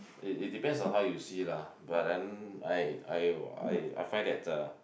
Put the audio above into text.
it it depends on how you see lah but then I I I find that uh